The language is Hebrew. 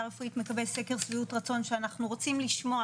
רפואית מקבל סקר שביעות רצון שאנחנו רוצים לשמוע